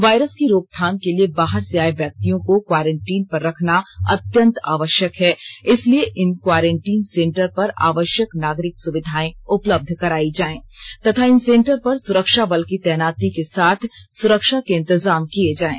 virus की रोकथाम के लिए बाहर से आए व्यक्तियों को क्वारेंटिंन पर रखना अत्यंत आवश्यक है इसलिए इन क्वारेंटिन सेंटर पर आवश्यक नागरिक सुविधाएँ उपलब्ध कराई जाएं तथा इन सेंटर पर सुरक्षा बल की तैनाती के साथ सुरक्षा के इंतजाम किए जाएं